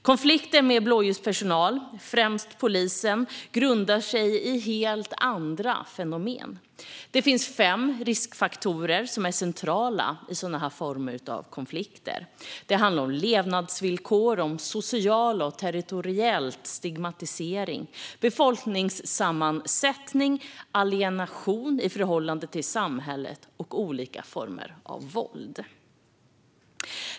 Konflikter med blåljuspersonal, främst polisen, grundar sig i helt andra fenomen. Det finns fem riskfaktorer som är centrala i sådana former av konflikter. Det handlar om levnadsvillkor, social och territoriell stigmatisering, befolkningssammansättning, alienation i förhållande till samhället och olika former av våld.